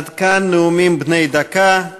עד כאן נאומים בני דקה.